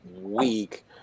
week